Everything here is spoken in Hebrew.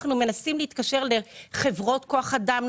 אנחנו מנסים להתקשר לחברות כוח אדם,